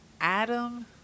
Adam